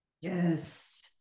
Yes